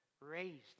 raised